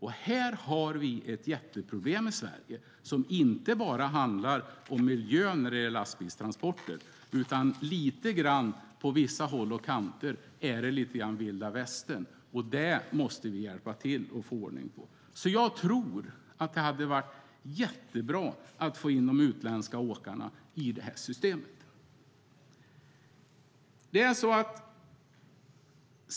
Här har vi ett problem i Sverige, som inte bara handlar om miljön för lastbilstransporter utan att det på vissa håll är lite grann som vilda västern. Där måste vi hjälpa till att få ordning. Det skulle vara bra att få in de utländska åkarna i systemet.